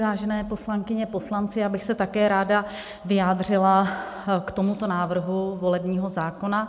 Vážené poslankyně a poslanci, já bych se také ráda vyjádřila k tomuto návrhu volebního zákona.